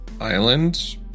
island